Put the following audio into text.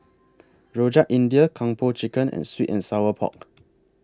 Rojak India Kung Po Chicken and Sweet and Sour Pork